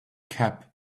cap